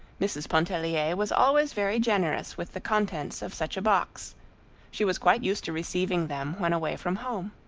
mrs. pontellier was always very generous with the contents of such a box she was quite used to receiving them when away from home.